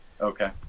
Okay